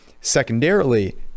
Secondarily